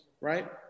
right